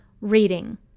reading